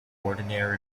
ordinary